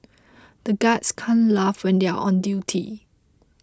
the guards can't laugh when they are on duty